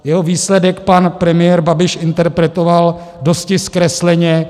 Jeho výsledek pan premiér Babiš interpretoval dosti zkresleně.